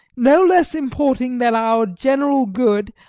no less importing than our general good,